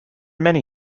many